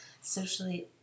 Socially